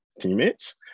teammates